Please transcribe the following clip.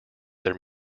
their